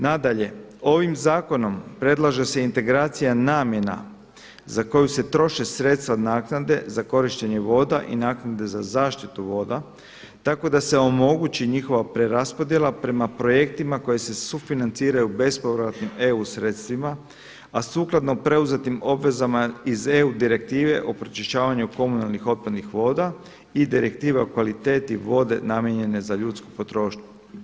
Nadalje, ovim zakonom predlaže se integracija namjena za koju se troše sredstva naknade za korištenje voda i naknade za zaštitu voda, tako da se omogući njihova preraspodjela prema projektima koji se sufinanciraju bespovratnim EU sredstvima, a sukladno preuzetim obvezama iz EU direktive o pročišćavanju komunalnih otpadnih voda i direktive o kvaliteti vode namijenjene za ljudsku potrošnju.